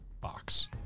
box